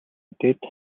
мэдээд